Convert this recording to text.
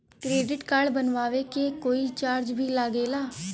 Credit card बनवावे के कोई चार्ज भी लागेला?